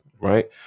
right